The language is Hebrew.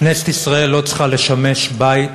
כנסת ישראל לא צריכה לשמש בית,